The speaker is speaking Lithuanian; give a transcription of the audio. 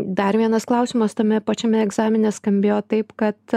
dar vienas klausimas tame pačiame egzamine skambėjo taip kad